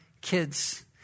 kids